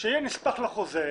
שיהיה נספח לחוזה,